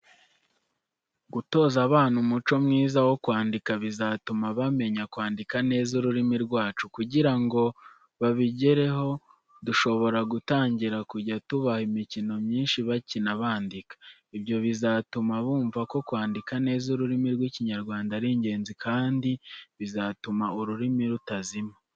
Gutoza abana umuco mwiza wo kwandika, bizatuma bamenya kwandika neza ururimi rwacu. Kugira ngo babigireho dushobora gutangira kujya tubaha imikino myinshi bakina bandika. Ibyo bizatuma bumva ko kwandika neza ururimi rw'ikinyarwanda ari ingenzi kandi bizatuma ururimi rutazima.